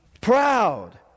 Proud